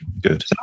Good